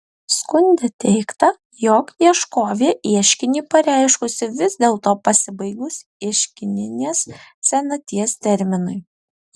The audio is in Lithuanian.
skunde teigta jog ieškovė ieškinį pareiškusi vis dėlto pasibaigus ieškininės senaties terminui